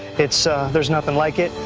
it's there's nothing like it.